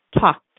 talked